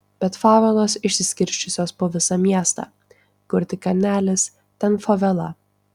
bet favelos išsiskirsčiusios po visą miestą kur tik kalnelis ten favela